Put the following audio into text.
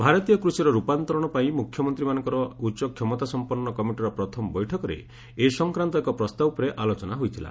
ଭାରତୀୟ କୃଷିର ରୂପାନ୍ତରଣ ପାଇଁ ମ୍ରଖ୍ୟମନ୍ତ୍ରୀମାନଙ୍କର ଉଚ୍ଚ କ୍ଷମତାସମ୍ପନ୍ନ କମିଟିର ପ୍ରଥମ ବୈଠକରେ ଏ ସଂକ୍ରାନ୍ତ ଏକ ପ୍ରସ୍ତାବ ଉପରେ ଆଲୋଚନା ହୋଇଥିଲା